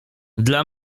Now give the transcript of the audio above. dla